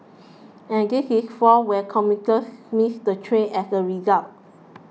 and this is for when commuters miss the train as a result